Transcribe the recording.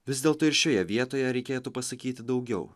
vis dėlto ir šioje vietoje reikėtų pasakyti daugiau